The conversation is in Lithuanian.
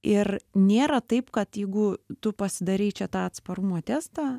ir nėra taip kad jeigu tu pasidarei čia tą atsparumo testą